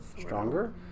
Stronger